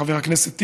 חבר הכנסת טיבי,